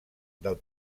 del